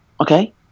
okay